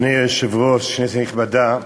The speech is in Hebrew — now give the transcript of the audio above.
אדוני היושב-ראש, כנסת נכבדה,